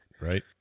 right